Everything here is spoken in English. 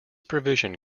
provision